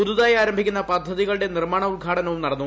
പുതുതായി ആരംഭിക്കുന്ന പദ്ധതികളുടെ നിർമ്മാണ ഉദ്ഘാടനവും നടന്നു